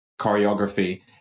choreography